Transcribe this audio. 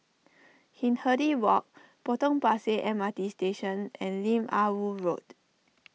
Hindhede Walk Potong Pasir M R T Station and Lim Ah Woo Road